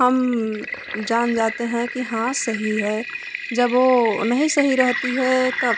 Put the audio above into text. हम जान जाते हैं कि हाँ सही है जब वो नहीं सही रहती है तब